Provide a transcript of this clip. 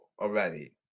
already